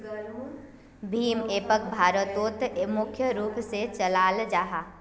भीम एपोक भारतोत मुख्य रूप से चलाल जाहा